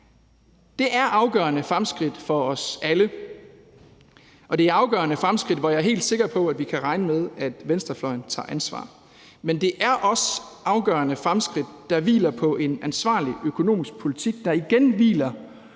Det er afgørende fremskridt for os alle, og det er afgørende fremskridt, hvor jeg er helt sikker på, at vi kan regne med, at venstrefløjen tager ansvar. Men det er også afgørende fremskridt, der hviler på en ansvarlig økonomisk politik, der igen hviler